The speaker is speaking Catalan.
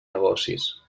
negocis